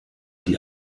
die